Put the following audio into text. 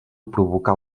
provocar